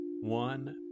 one